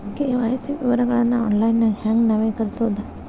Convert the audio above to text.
KYC ವಿವರಗಳನ್ನ ಆನ್ಲೈನ್ಯಾಗ ಹೆಂಗ ನವೇಕರಿಸೋದ